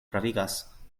pravigas